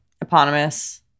eponymous